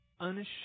unashamed